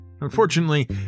Unfortunately